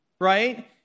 right